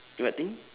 what thing